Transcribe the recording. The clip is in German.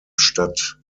statt